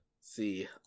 see